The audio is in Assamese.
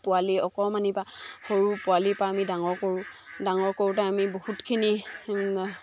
পোৱালি অকণমানি পৰা সৰু পোৱালিৰ পৰা আমি ডাঙৰ কৰোঁ ডাঙৰ কৰোঁতে আমি বহুতখিনি